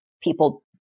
people